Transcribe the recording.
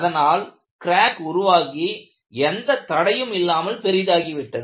அதனால் கிராக் உருவாகி எந்த தடையும் இல்லாமல் பெரிதாகிவிட்டது